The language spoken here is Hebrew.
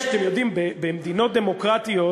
יש, אתם יודעים, במדינות דמוקרטיות,